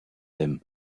him